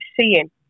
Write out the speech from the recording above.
seeing